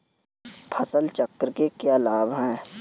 फसल चक्र के क्या लाभ हैं?